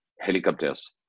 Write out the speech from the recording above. helicopters